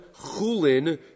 chulin